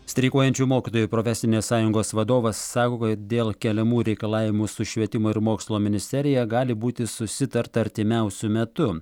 streikuojančių mokytojų profesinės sąjungos vadovas sako kad dėl keliamų reikalavimų su švietimo ir mokslo ministerija gali būti susitarta artimiausiu metu